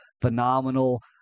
phenomenal